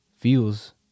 feels